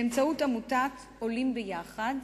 באמצעות עמותת "עולים ביחד",